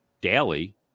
daily